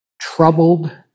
troubled